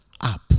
up